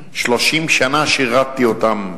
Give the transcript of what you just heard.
30 שנה שירתתי אותם,